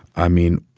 i mean,